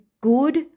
good